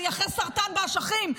אני אחרי סרטן באשכים.